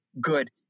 good